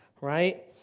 right